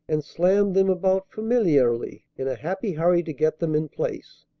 and slammed them about familiarly, in a happy hurry to get them in place.